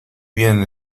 bien